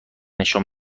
نشان